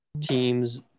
teams